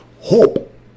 hope